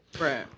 Right